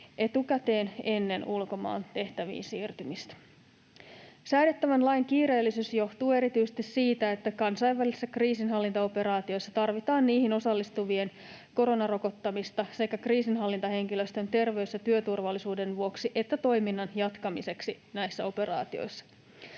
etukäteen ennen ulkomaan tehtäviin siirtymistä. Säädettävän lain kiireellisyys johtuu erityisesti siitä, että kansainvälisissä kriisinhallintaoperaatioissa tarvitaan niihin osallistuvien koronarokottamista sekä kriisinhallintahenkilöstön terveys- ja työturvallisuuden vuoksi että toiminnan jatkamiseksi näissä operaatioissa.